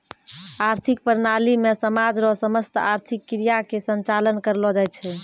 आर्थिक प्रणाली मे समाज रो समस्त आर्थिक क्रिया के संचालन करलो जाय छै